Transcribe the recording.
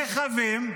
רכבים,